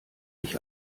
ich